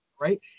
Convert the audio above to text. Right